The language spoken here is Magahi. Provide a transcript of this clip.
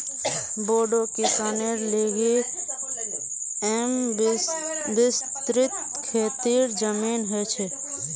बोड़ो किसानेर लिगि येमं विस्तृत खेतीर जमीन ह छे